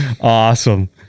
awesome